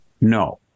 no